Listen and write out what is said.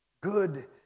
good